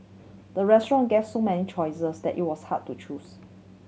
the restaurant gave so many choices that it was hard to choose